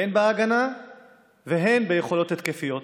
הן בהגנה והן ביכולות התקפיות,